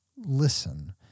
listen